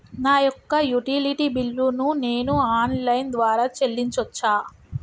నా యొక్క utility bill ను నేను ఆన్ లైన్ ద్వారా చెల్లించొచ్చా?